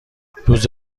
روز